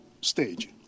stage